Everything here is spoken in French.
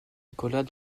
nicolas